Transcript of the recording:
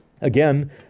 Again